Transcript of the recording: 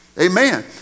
Amen